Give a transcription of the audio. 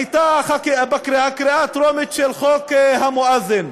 הייתה קריאה טרומית של חוק המואזין,